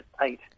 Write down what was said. eight